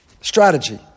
strategy